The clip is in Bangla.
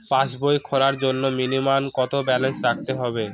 পাসবই খোলার জন্য মিনিমাম কত ব্যালেন্স রাখতে হবে?